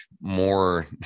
more